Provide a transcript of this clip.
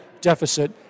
deficit